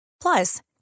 Plus